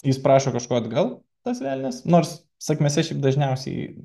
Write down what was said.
jis prašo kažko atgal tas velnias nors sakmėse šiaip dažniausiai